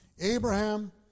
Abraham